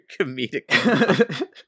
comedic